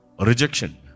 rejection